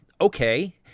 okay